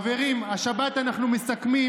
חברים, השבת אנחנו מסכמים